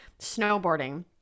snowboarding